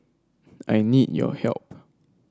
I need your help